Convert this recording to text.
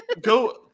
Go